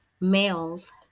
males